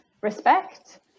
respect